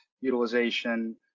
utilization